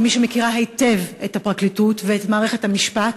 כמי שמכירה היטב את הפרקליטות ואת מערכת המשפט,